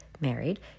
married